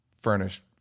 furnished